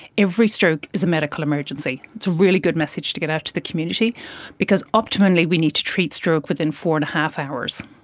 every stroke is a medical emergency. it's a really good message to get out to the community because optimally we need to treat stroke within four and a half hours.